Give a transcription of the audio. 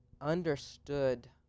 understood